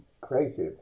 creative